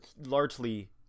largely